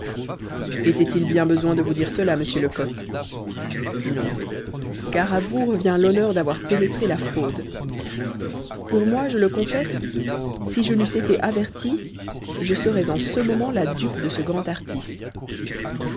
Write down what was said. était-il bien besoin de vous dire cela monsieur lecoq non car à vous revient l'honneur d'avoir pénétré la fraude pour moi je le confesse si je n'eusse été averti je serais en ce moment la dupe de ce grand artiste